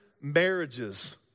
marriages